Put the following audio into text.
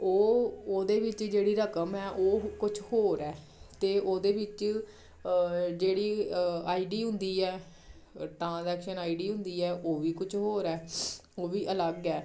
ਉਹ ਉਹਦੇ ਵਿੱਚ ਜਿਹੜੀ ਰਕਮ ਹੈ ਉਹ ਕੁਝ ਹੋਰ ਹੈ ਅਤੇ ਉਹਦੇ ਵਿੱਚ ਜਿਹੜੀ ਆਈ ਡੀ ਹੁੰਦੀ ਆ ਟ੍ਰਾਂਜੈਸ਼ਨ ਆਈ ਡੀ ਹੁੰਦੀ ਹੈ ਉਹ ਵੀ ਕੁਝ ਹੋਰ ਹੈ ਉਹ ਵੀ ਅਲੱਗ ਹੈ